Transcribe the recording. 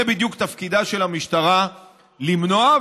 זה בדיוק תפקידה של המשטרה למנוע,